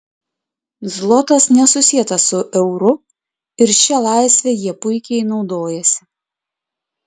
zlotas nesusietas su euru ir šia laisve jie puikiai naudojasi